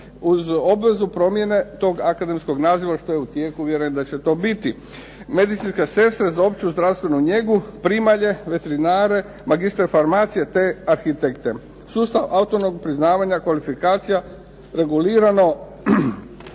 uz obvezu promjene tog akademskog naziva što je u tijeku. Vjerujem da će to biti. Medicinska sestra za opću zdravstvenu njegu, primalje, veterinare, magistre farmacije, te arhitekte. Sustav autornog priznavanja kvalifikacija regulirano